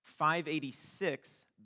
586